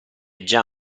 già